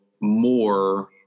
more